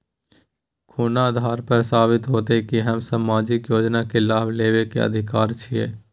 कोन आधार पर साबित हेते की हम सामाजिक योजना के लाभ लेबे के अधिकारी छिये?